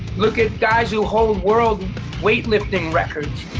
look at guys who hold world weight-lifting records.